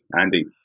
Andy